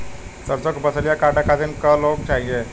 सरसो के फसलिया कांटे खातिन क लोग चाहिए?